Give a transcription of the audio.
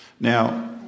Now